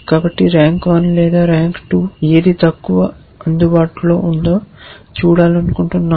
కాబట్టి ర్యాంక్ 1 లేదా ర్యాంక 2 ఏది తక్కువ అందుబాటులో ఉందో చూడాలనుకుంటున్నాము